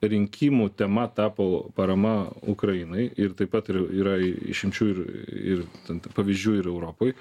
rinkimų tema tapo parama ukrainai ir taip pat ir yra išimčių ir ir ten t pavyzdžių ir europoj